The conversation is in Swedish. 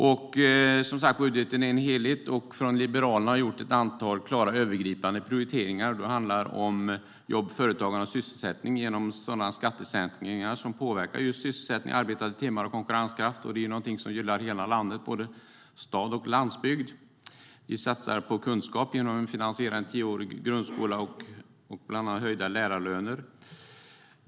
Budgeten är som sagt en helhet. Liberalerna har gjort ett antal klara och övergripande prioriteringar. Det handlar om jobb, företagande och sysselsättning genom sådana skattesänkningar som påverkar just sysselsättning, arbetade timmar och konkurrenskraft. Det är någonting som gynnar hela landet, både stad och landsbygd. Vi satsar på kunskap bland annat genom att finansiera en tioårig grundskola och höjda lärarlöner.